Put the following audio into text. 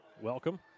Welcome